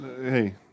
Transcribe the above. hey